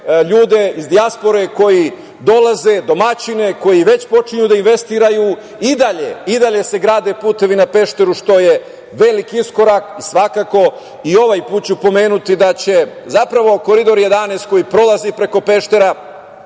ljude iz dijaspore koji dolaze, domaćine, koji počinju da investiraju, i dalje se grade putevi na Pešteru što je veliki iskorak.I ovaj put ću pomenuti da će zapravo Koridor 11 koji prolazi preko Peštera,